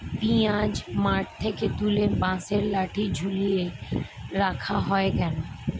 পিঁয়াজ মাঠ থেকে তুলে বাঁশের লাঠি ঝুলিয়ে রাখা হয় কেন?